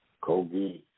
Kobe